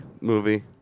movie